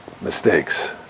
mistakes